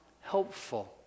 helpful